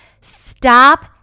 stop